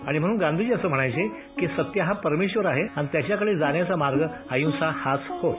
आणि म्हणून गांधीजी असं म्हणायचे की सत्य हा परमेश्वर आहे आणि त्याच्याकडे जाण्याचा मार्ग अहिंसा हाच होय